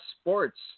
Sports